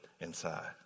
inside